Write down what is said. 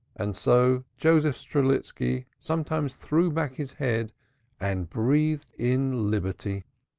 and so joseph strelitski sometimes threw back his head and breathed in liberty.